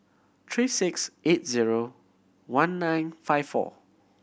three six eight zero one nine five four